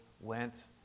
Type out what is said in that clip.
went